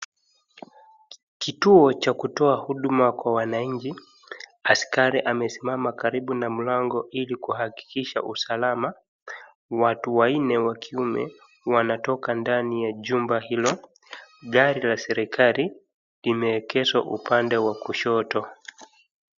Kituo cha kutoa huduma kwa wananchi, askari amesimama karibu na mlango ili kuhakikisha usalama. Watu wanne wa kiume wanatoka nndani ya jumba hilo gari la serekali limeegeshwa upande wa kushoto.